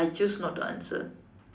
I choose not to answer